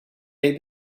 may